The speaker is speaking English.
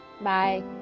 bye